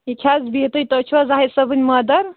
سُہ چھِ حظ بِہتھی تُہۍ چھِو حٲز زاہد سٲبٕنۍ مَدر